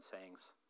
sayings